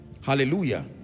Hallelujah